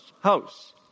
house